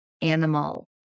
animal